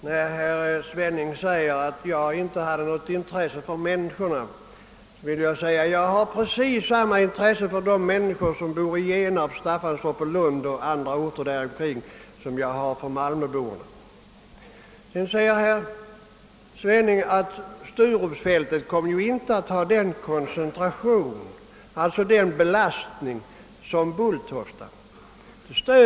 Herr talman! Herr Svenning säger att jag inte har något intresse för människorna, men jag har precis samma intresse för de människor som bor i Genarp, Staffanstorp, Lund och andra orter där i närheten som jag har för malmöborna. Herr Svenning säger vidare att Sturupsfältet inte kommer att få den belastningen som Bulltofta har.